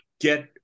get